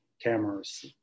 cameras